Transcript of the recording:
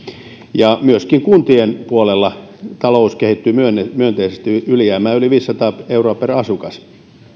ja myöskin kuntien puolella talous kehittyy myönteisesti ylijäämää yli viisisataa euroa per asukas